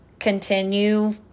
continue